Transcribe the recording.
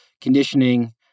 conditioning